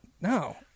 no